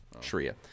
Sharia